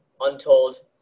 untold